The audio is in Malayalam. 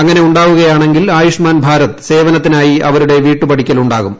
അങ്ങനെ ഉണ്ടാവുകയാണെങ്കിൽ ആയുഷ്മാൻ ഭാരത് സേവനത്തിനായി അവരുടെ വീട്ടുപടിക്കലുണ്ടാകും